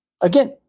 Again